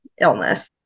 illness